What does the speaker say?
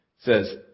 says